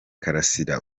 karasira